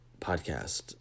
podcast